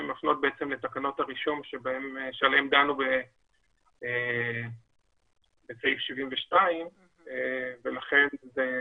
לתקנות הרישום עליהן דנו בסעיף 72 ולכן זאת